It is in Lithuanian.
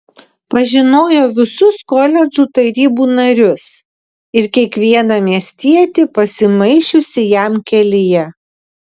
pažinojo visus koledžų tarybų narius ir kiekvieną miestietį pasimaišiusį jam kelyje